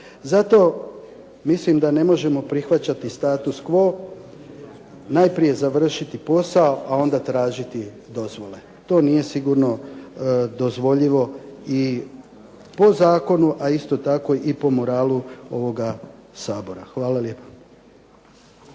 Zato mislim da ne možemo prihvaćati statu quo. Najprije završiti posao, a onda tražiti dozvole. To nije sigurno dozvoljivo i po zakonu, a isto tako ni po moralu ovoga Sabora. Hvala lijepo.